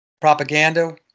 propaganda